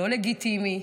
לא לגיטימי,